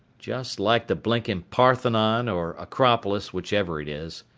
just like the blinkin' parthenon, or acropolis, whichever it is.